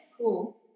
cool